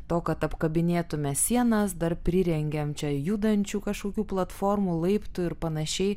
to kad apkabinėtume sienas dar prirengėm čia judančių kažkokių platformų laiptų ir panašiai